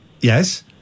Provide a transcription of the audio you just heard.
Yes